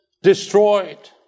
Destroyed